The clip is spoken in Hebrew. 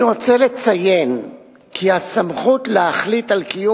אני רוצה לציין כי הסמכות להחליט על קיום